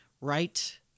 right